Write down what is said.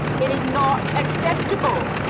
it is not acceptable.